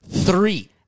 three